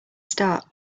start